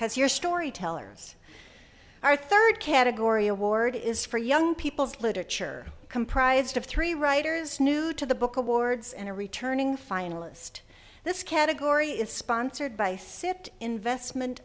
has your storytellers our third category award is for young people's literature comprised of three writers new to the book awards and a returning finalist this category is sponsored by cit investment